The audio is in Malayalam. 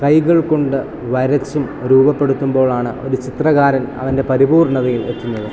കൈകൾ കൊണ്ട് വരച്ചും രൂപപ്പെടുത്തുമ്പോഴാണ് ഒരു ചിത്രകാരൻ അവൻ്റെ പരിപൂർണതയിൽ എത്തുന്നത്